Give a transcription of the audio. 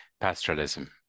pastoralism